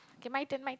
okay my turn my